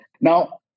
Now